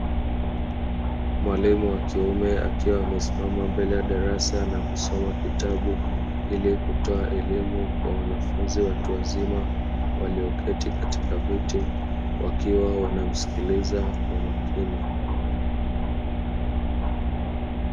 Walimu wa kiume akiwa amesimama mbele ya darasa na kusoma kitabu, ili kutoa elimu kwa wanafunzi watu wazima walioketi katika viti; wakiwa wanasikiliza kwa makini.